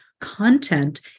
content